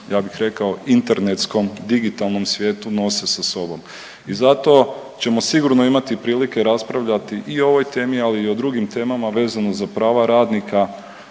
ja bih rekao, internetskom digitalnom svijetu nose sa sobom i zato ćemo sigurno imati prilike raspravljati i o ovoj temi, ali i o drugim temama vezano za prava radnika